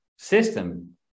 system